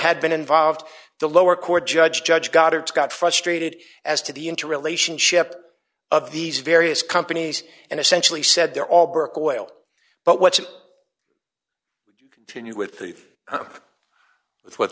had been involved the lower court judge judge got it got frustrated as to the interrelationship of these various companies and essentially said they're all bric oil but what can you with the up what